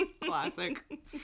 Classic